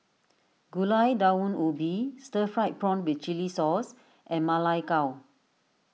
Gulai Daun Ubi Stir Fried Prawn with Chili Sauce and Ma Lai Gao